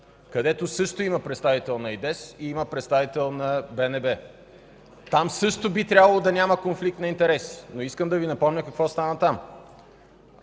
където също има представител на ИДЕС и има представител на БНБ. Там също би трябвало да няма конфликт на интереси. Искам да Ви напомня какво стана там.